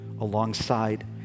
alongside